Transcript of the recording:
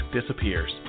disappears